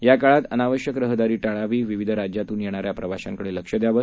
याकाळातअनावश्यकरहदारीटाळावी विविधराज्यातूनयेणाऱ्याप्रवाशांकडेलक्षद्यावं